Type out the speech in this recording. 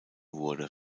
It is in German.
wurde